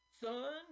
Son